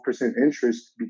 interest